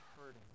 hurting